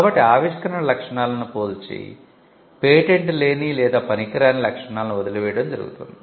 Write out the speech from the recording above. కాబట్టి ఆవిష్కరణ లక్షణాలను పోల్చి పేటెంట్ లేని లేదా పనికిరాని లక్షణాలను వదిలివేయడం జరుగుతుంది